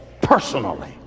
personally